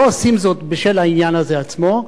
לא עושים זאת בשל העניין הזה עצמו,